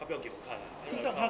她不要给我看她的 account